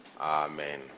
Amen